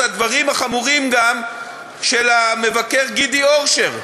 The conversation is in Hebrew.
גם את הדברים החמורים של המבקר גידי אורשר,